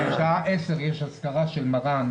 בשעה 10:00 יש אזכרה של מר"ן,